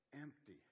empty